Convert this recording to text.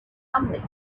rumbling